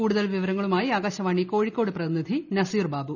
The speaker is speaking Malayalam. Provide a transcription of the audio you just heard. കൂടുതൽ വിവരങ്ങളുമായി ആകാശ്യപ്പാണി കോഴിക്കോട് പ്രതിനിധി നസീർ ബാബു